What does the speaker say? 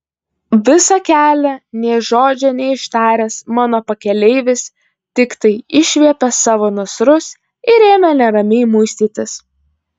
visą kelią nė žodžio neištaręs mano pakeleivis tiktai išviepė savo nasrus ir ėmė neramiai muistytis